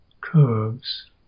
curves